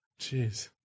Jeez